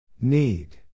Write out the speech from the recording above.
Need